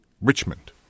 Richmond